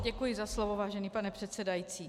Děkuji za slovo, vážený pane předsedající.